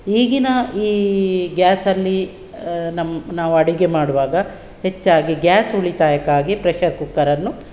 ಈಗಿನ ಈ ಗ್ಯಾಸಲ್ಲಿ ನಮ್ಮ ನಾವು ಅಡಿಗೆ ಮಾಡುವಾಗ ಹೆಚ್ಚಾಗಿ ಗ್ಯಾಸ್ ಉಳಿತಾಯಕ್ಕಾಗಿ ಪ್ರೆಷರ್ ಕುಕ್ಕರನ್ನು